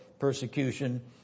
Persecution